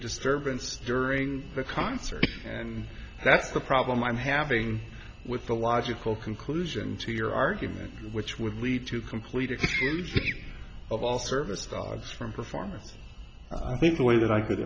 disturbance during the concert and that's the problem i'm having with the logical conclusion to your argument which would lead to complete of all service dogs from performance i think the way that i could